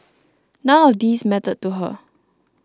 none of these mattered to her